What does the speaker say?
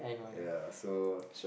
ya so